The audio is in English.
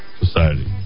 society